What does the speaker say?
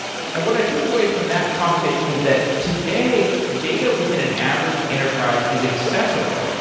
and what i took away from that conversation was that, today, data within an average enterprise is accessible,